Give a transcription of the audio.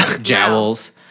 jowls